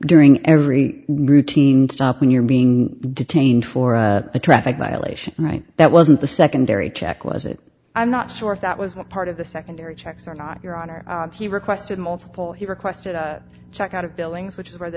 during every routine stop when you're being detained for a traffic violation right that wasn't the secondary check was it i'm not sure if that was what part of the secondary checks or not your honor he requested multiple he requested a check out of billings which is where the